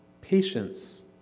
patience